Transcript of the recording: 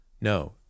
no